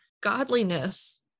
godliness